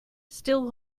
still